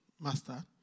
master